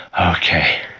okay